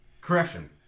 Correction